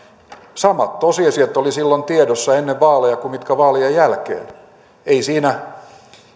samat tosiasiat olivat silloin tiedossa ennen vaaleja kuin vaalien jälkeen ei siinä